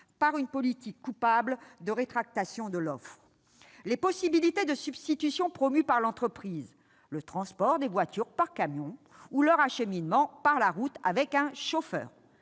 d'une politique coupable de rétraction de l'offre. Les possibilités de substitution promues par l'entreprise- le transport des voitures par camion ou leur acheminement par la route avec un chauffeur